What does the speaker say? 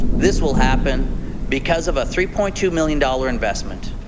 this will happen because of a three point two million dollars investment.